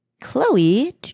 chloe